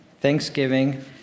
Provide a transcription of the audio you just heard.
thanksgiving